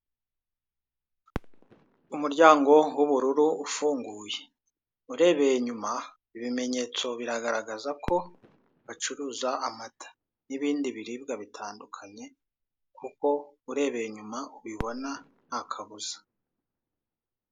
Umuryango w'ubururu ufunguye urebeye inyuma ibimenyetso biragaragaza ko bacuruza amata n'ibindi biribwa bitandukanye kuko urebeye inyuma ubibona ntakabuza.